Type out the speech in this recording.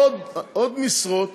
עוד משרות